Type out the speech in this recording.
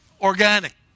organic